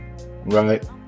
right